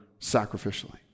sacrificially